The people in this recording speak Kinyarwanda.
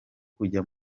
kujya